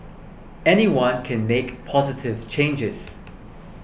anyone can make positive changes